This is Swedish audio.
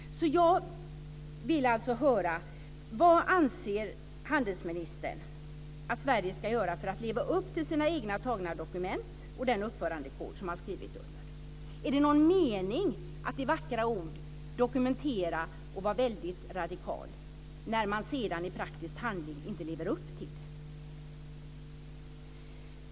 Jag vill alltså höra vad handelsministern anser att Sverige ska göra för att leva upp till sina egna antagna dokument och den uppförandekod som man har skrivit under. Är det någon mening med att i vackra ord dokumentera och vara väldigt radikal när man sedan i praktisk handling inte lever upp till det?